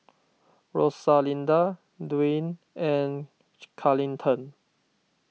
Rosalinda Duane and Carleton